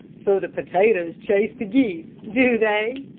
so the potatoes chase the geese, do they,